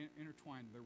intertwined